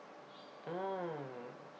mm